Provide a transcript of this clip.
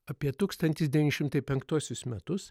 apie tūkstantis devyni šimtai penktuosius metus